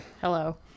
hello